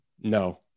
no